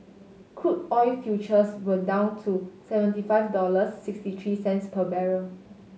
crude oil futures were down to seventy five dollars sixty three cents per barrel